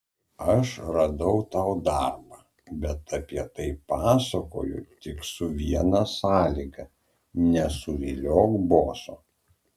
aš radau tau darbą bet apie tai pasakoju tik su viena sąlyga nesuviliok boso